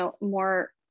more